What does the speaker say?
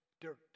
dirt